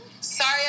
Sorry